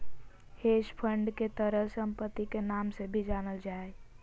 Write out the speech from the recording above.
hedge fund के तरल सम्पत्ति के नाम से भी जानल जा हय